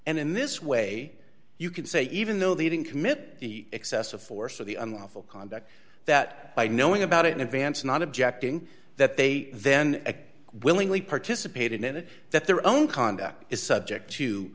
and in this way you can say even though they didn't commit the excessive force of the unlawful conduct that by knowing about it in advance not objecting that they then willingly participated in it that their own conduct is subject to